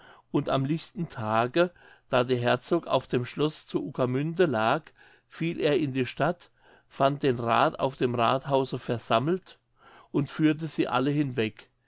und am lichten tage da der herzog auf dem schloß zu ukermünde lag fiel er in die stadt fand den rath auf dem rathhause versammelt und führte sie alle hinweg